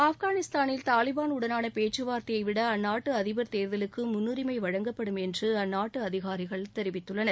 ஆப்கானிஸ்தானில் தாலிபாள் உடனான பேச்சுவார்த்தையை விட அந்நாட்டு அதிபர் தேர்தலுக்கு முன்னுரிமை வழங்கப்படும் என்று அந்நாட்டு அதிகாரிகள் தெரிவித்துள்ளன